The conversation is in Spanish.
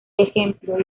ejemplo